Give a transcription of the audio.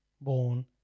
born